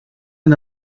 and